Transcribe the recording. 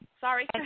sorry